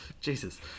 Jesus